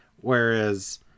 whereas